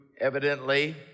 evidently